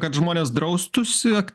kad žmonės draustųsi